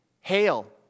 hail